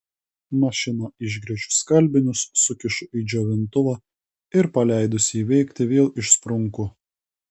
mašina išgręžiu skalbinius sukišu į džiovintuvą ir paleidusi jį veikti vėl išsprunku